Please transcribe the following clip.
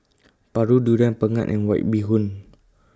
Paru Durian Pengat and White Bee Hoon